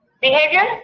behavior